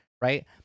right